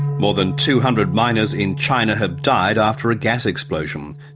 more than two hundred miners in china have died after a gas explosion.